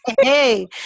hey